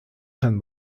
kann